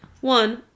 one